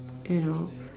you know